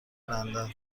لندن